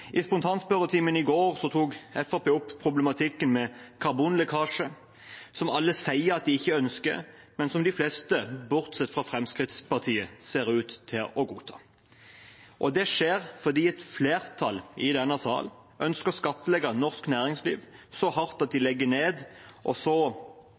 i norsk klimadebatt. I spontanspørretimen i går tok Fremskrittspartiet opp problematikken med karbonlekkasje, som alle sier at de ikke ønsker, men som de fleste, bortsett fra Fremskrittspartiet, ser ut til å godta. Det skjer fordi et flertall i denne salen ønsker å skattlegge norsk næringsliv så hardt at de legger ned, og så